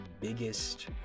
biggest